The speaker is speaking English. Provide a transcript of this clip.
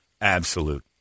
absolute